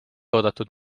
oodatud